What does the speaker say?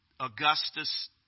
Augustus